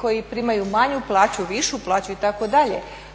koji primaju manju plaću, višu plaću itd. to je